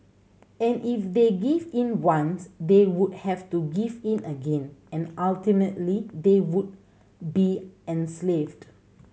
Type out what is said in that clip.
and if they give in once they would have to give in again and ultimately they would be enslaved